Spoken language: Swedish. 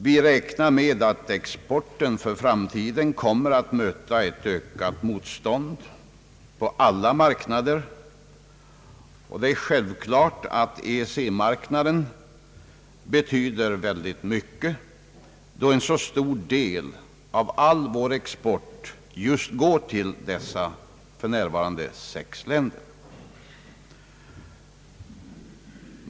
Vi räknar med att exporten för framtiden kommer att möta ökat motstånd på alla marknader. Det är självklart att EEC marknaden betyder mycket, då en stor del av all vår export just går till de för närvarande sex EEC-länderna.